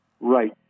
Right